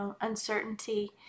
uncertainty